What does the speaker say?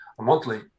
monthly